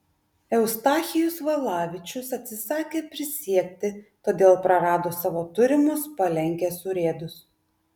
eustachijus valavičius atsisakė prisiekti todėl prarado savo turimus palenkės urėdus